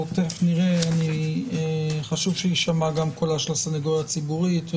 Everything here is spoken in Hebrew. אצטרף לחגיגיות ולשמחה של ההזדמנות שלנו לקדם חוק יסוד כזה.